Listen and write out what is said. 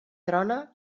trona